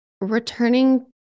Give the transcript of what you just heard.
returning